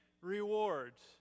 rewards